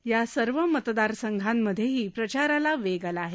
या सर्व मतदार संघांमध्येही प्रचाराला वेग आला आहे